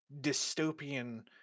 dystopian